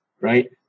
right